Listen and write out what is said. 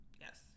Yes